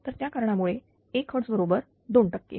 तर त्या कारणामुळे 1Hz बरोबर 2 टक्के